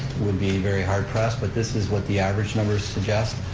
would be very hard pressed, but this is what the average numbers suggest,